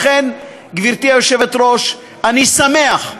לכן, גברתי היושבת-ראש, אני שמח.